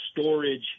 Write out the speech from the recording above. storage